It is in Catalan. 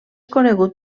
conegut